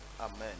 Amen